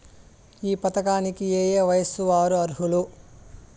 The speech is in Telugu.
ఈ పథకానికి ఏయే వయస్సు వారు అర్హులు?